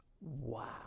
Wow